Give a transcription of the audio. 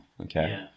Okay